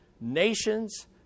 nations